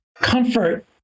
comfort